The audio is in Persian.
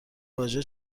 واژه